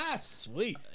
Sweet